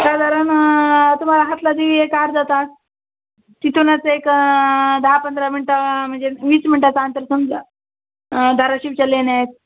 साधारण तुम्हाला हातला देवी एक अर्धा तास तिथूनच एक दहा पंधरा मिनिटं म्हणजे वीस मिनटाचा अंतर समजा धाराशिवच्या लेण्या आहेत